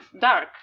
dark